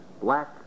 black